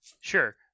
Sure